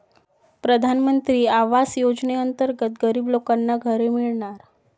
प्रधानमंत्री आवास योजनेअंतर्गत गरीब लोकांना घरे मिळणार